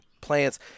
plants